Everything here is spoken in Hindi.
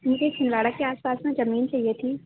मुझे छिंदवाड़ा के आसपास में जमीन चाहिए थी